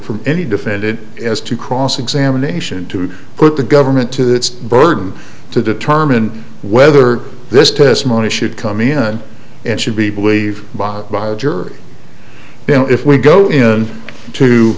from any defended as to cross examination to put the government to its burden to determine whether this testimony should come in and should be believe bought by a jury you know if we go in to